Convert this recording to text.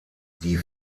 die